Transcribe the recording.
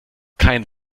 kein